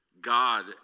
God